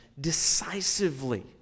decisively